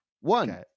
one